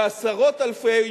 ועשרות אלפי,